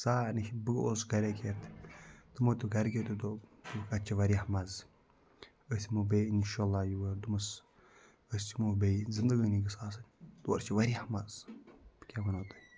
سارنی چھِ بہٕ گوس گَرِکۍ ہٮ۪تھ تِمَو دوٚپ گَرِکیو تہِ دوٚپ دوٚپُک اَتہِ چھِ واریاہ مَزٕ أسۍ یِمو بیٚیہِ اِنشاء اللہ یور دوٚپمَس أسۍ یِمو بیٚیہِ زندگٲنی گٔژھ آسٕنۍ تورٕ چھِ واریاہ مَزٕ بہٕ کیٛاہ وَنو تۄہہِ